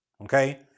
okay